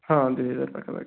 ହଁ ଦୁଇ ହଜାର ପାଖାପାଖି